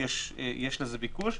יש לזה ביקוש.